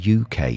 UK